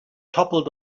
toppled